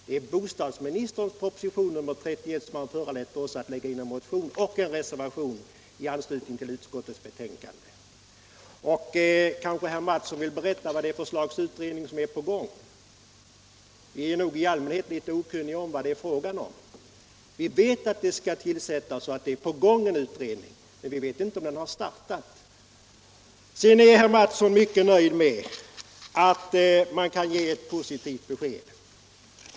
Det är bostadsministerns proposition nr 31 som har gjort att vi väckt en motion och avgett en reservation i anslutning till utskottets betänkande. Kanske herr Mattsson vill berätta vad det är för slags utredning som är på gång. Vi är nog i allmänhet litet okunniga om vad det är fråga om. Vi vet att en utredning skulle tillsättas men vi vet inte om den har startat. Sedan är herr Mattsson mycket nöjd med att man kan ge ett positivt besked.